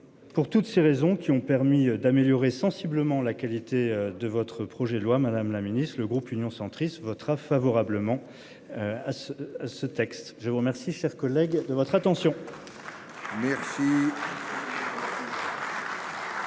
Pour toutes ces raisons qui ont permis d'améliorer sensiblement la qualité de votre projet de loi Madame la Ministre le groupe Union centriste votera favorablement. À ce ce texte. Je vous remercie, cher collègue de votre attention.